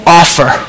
offer